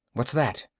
what's that?